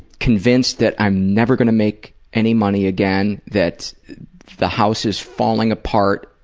convinced that i'm never going to make any money again. that the house is falling apart.